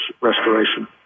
restoration